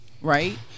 Right